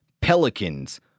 pelicans